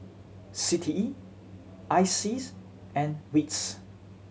C T E I S E A S and wits